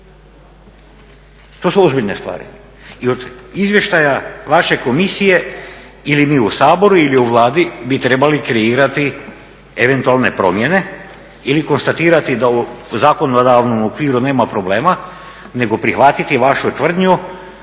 To su ozbiljne stvari i od izvještaja vaše komisije ili mi u Saboru, ili u Vladu bi trebali kreirati eventualne promjene ili konstatirati da u zakonodavnom okviru nema problema, nego prihvatiti vašu tvrdnju